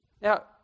Now